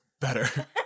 better